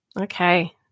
Okay